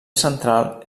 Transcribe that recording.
central